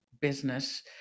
business